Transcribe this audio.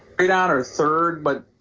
way down or third, but